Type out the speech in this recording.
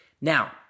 Now